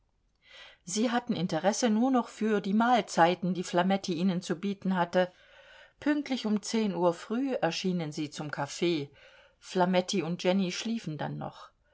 sie hatten interesse nur noch für die mahlzeiten die flametti ihnen zu bieten hatte pünktlich um zehn uhr früh erschienen sie zum kaffee flametti und jenny schliefen dann noch